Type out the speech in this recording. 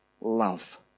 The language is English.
love